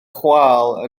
chwâl